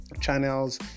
channels